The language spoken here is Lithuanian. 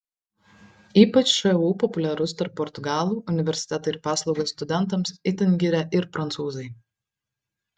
ypač šu populiarus tarp portugalų universitetą ir paslaugas studentams itin giria ir prancūzai